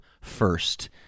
First